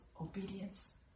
obedience